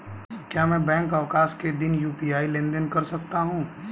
क्या मैं बैंक अवकाश के दिन यू.पी.आई लेनदेन कर सकता हूँ?